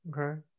okay